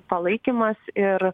palaikymas ir